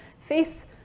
face